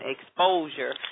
exposure